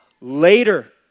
later